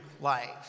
life